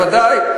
בוודאי.